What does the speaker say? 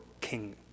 king